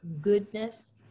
goodness